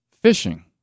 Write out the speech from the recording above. Fishing